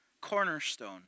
cornerstone